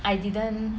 I didn't